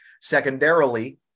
Secondarily